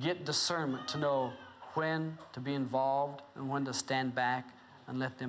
get discernment to know when to be involved and one to stand back and let them